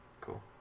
Cool